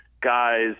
guys